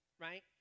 Right